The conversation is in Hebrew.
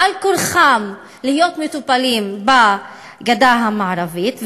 בעל כורחם להיות מטופלים בגדה המערבית.